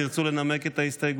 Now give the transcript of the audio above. האם תרצו לנמק את ההסתייגויות?